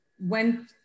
went